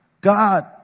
God